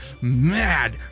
mad